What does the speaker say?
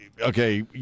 Okay